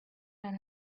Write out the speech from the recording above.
man